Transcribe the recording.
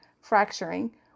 fracturing